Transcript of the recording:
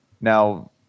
now